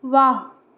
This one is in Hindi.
वाह